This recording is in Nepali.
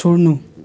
छोड्नु